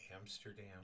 Amsterdam